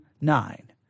nine